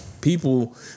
People